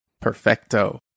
Perfecto